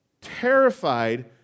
Terrified